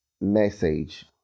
Message